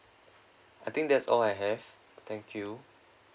I think that's all I have thank you